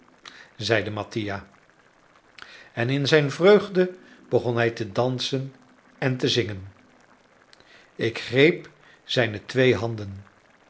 zeide mattia en in zijne vreugde begon hij te dansen en te zingen ik greep zijne twee handen